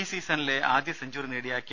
ഈ സീസണിലെ ആദ്യ സെഞ്ചുറി നേടിയ കെ